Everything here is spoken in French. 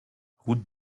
route